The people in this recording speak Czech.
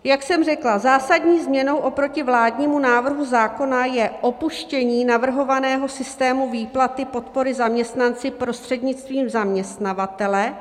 Jak jsem řekla, zásadní změnou oproti vládnímu návrhu zákona je opuštění navrhovaného systému výplaty podpory zaměstnanci prostřednictvím zaměstnavatele.